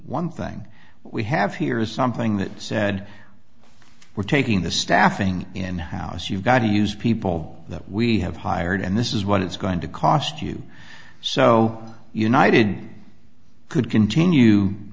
one thing we have here is something that said we're taking the staffing in the house you've got to use people that we have hired and this is what it's going to cost you so united could continue i